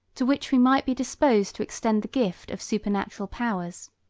to which we might be disposed to extend the gift of supernatural powers.